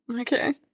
Okay